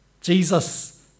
Jesus